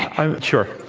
i sure.